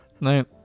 No